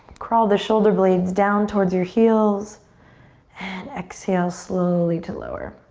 crawl the shoulder blades down towards your heels and exhale slowly to lower.